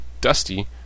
Dusty